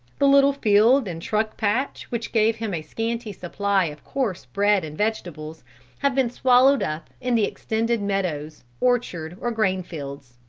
the little field and truck patch which gave him a scanty supply of coarse bread and vegetables have been swallowed up in the extended meadows, orchard or grain fields.